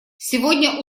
сегодня